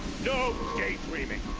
no daydreaming!